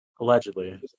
allegedly